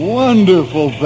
wonderful